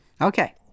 Okay